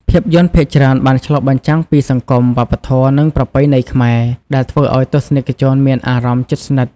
ភាពយន្តភាគច្រើនបានឆ្លុះបញ្ចាំងពីសង្គម វប្បធម៌ និងប្រពៃណីខ្មែរ ដែលធ្វើឱ្យទស្សនិកជនមានអារម្មណ៍ជិតស្និទ្ធ។